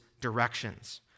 directions